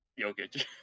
Jokic